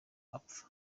apfa